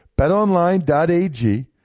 BetOnline.ag